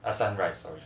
err sunrise sorry sorry